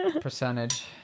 percentage